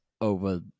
over